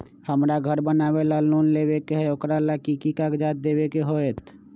हमरा घर बनाबे ला लोन लेबे के है, ओकरा ला कि कि काग़ज देबे के होयत?